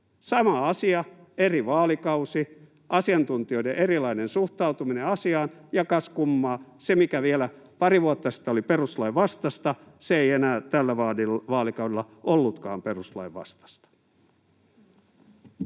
Sama asia, eri vaalikausi, asiantuntijoiden erilainen suhtautuminen asiaan — ja kas kummaa, se, mikä vielä pari vuotta sitten oli perustuslain vastaista, ei enää tällä vaalikaudella ollutkaan perustuslain vastaista.